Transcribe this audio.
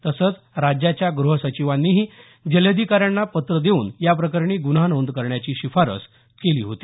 तसंच राज्याच्या गृह सचिवांनीही जिल्हाधिकाऱ्यांना पत्र देऊन याप्रकरणी गुन्हा नोंद करण्याची शिफारस केली होती